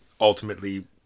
Ultimately